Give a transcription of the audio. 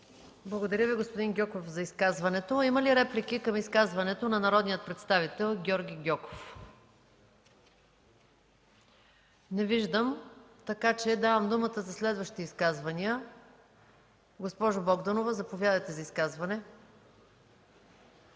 Благодаря Ви, господин Гьоков, за изказването. Има ли реплики към изказването на народния представител Георги Гьоков? Не виждам, така че давам думата за следващи изказвания. Госпожо Богданова, заповядайте за изказване.